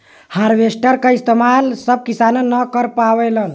harvester क इस्तेमाल सब किसान न कर पावेलन